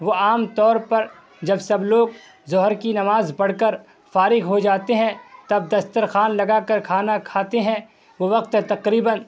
وہ عام طور پر جب سب لوگ ظہر کی نماز پڑھ کر فارغ ہو جاتے ہیں تب دستر خوان لگا کر کھانا کھاتے ہیں وہ وقت تقریباً